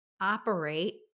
operate